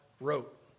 wrote